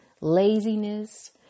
laziness